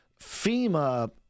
FEMA